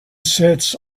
sits